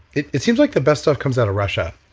it it seems like the best stuff comes out of russia.